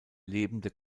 lebende